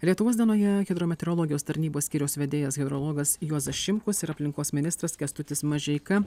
lietuvos dienoje hidrometeorologijos tarnybos skyriaus vedėjas hidrologas juozas šimkus ir aplinkos ministras kęstutis mažeika